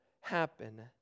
happen